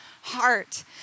heart